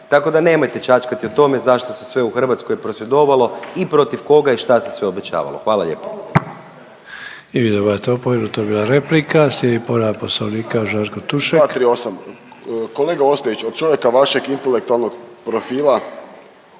tako da nemojte čačkati o tome zašto se sve u Hrvatskoj prosvjedovalo i protiv koga i šta se sve obećavalo. Hvala lijepo.